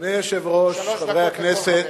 אדוני היושב-ראש, חברי הכנסת,